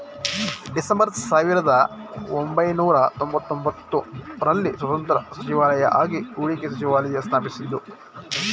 December ಸಾವಿರದಒಂಬೈನೂರ ತೊಂಬತ್ತಒಂಬತ್ತು ರಲ್ಲಿ ಸ್ವತಂತ್ರ ಸಚಿವಾಲಯವಾಗಿ ಹೂಡಿಕೆ ಸಚಿವಾಲಯ ಸ್ಥಾಪಿಸಿದ್ದ್ರು